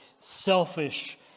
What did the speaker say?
selfish